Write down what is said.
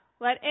Let